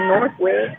Northway